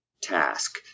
task